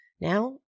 Now